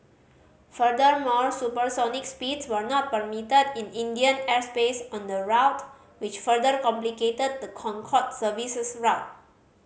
furthermore supersonic speeds were not permitted in Indian airspace on the route which further complicated the Concorde service's route